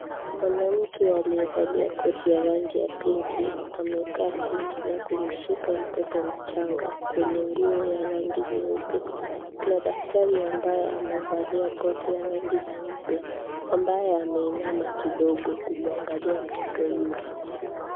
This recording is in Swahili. Mwanamke aliyevalia kotiya pinki amekaa china na kumshika mtoto mchanga mwenye nguo ya rangi nyeupe. Kuna daktari ambaye amevalia koti ya rangi nyeupe ambaye ameinama kidogo kumwangalia mtoto yule.